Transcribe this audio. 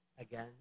Again